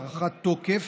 הארכת תוקף.